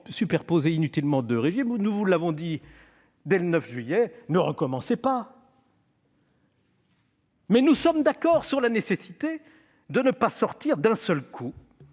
superposé inutilement deux régimes. Nous vous l'avons dit dès le 9 juillet ; ne recommencez pas ! Nous sommes d'accord sur la nécessité de ne pas sortir d'un seul coup